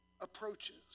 approaches